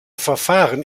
verfahren